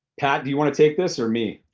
pat, do you wanna take this or me?